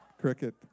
cricket